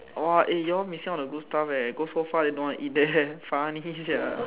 orh eh you all missing out all the good stuff leh go so far then don't want to eat there funny sia